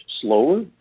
slower